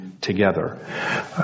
together